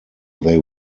they